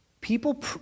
People